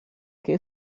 que